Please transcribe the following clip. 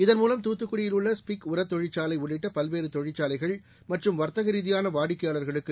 இதன்மூலம் தூத்துக்குடியில் உள்ள ஸ்பிக் உரத்தொழிற்சாலை உள்ளிட்ட பல்வேறு தொழிற்சாலைகள் மற்றும் வர்த்தக ரீதியான வாடிக்கையாளர்களுக்கு